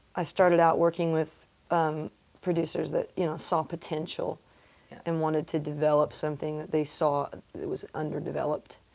i started out working with um producers that, you know, saw potential and wanted to develop something that they saw was underdeveloped.